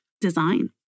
design